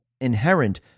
inherent